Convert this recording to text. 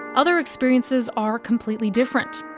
other experiences are completely different.